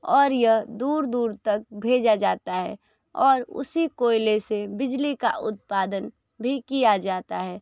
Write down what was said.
और यह दूर दूर तक भेजा जाता है और उसी कोयले से बिजली का उत्पादन भी किया जाता है